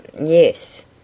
yes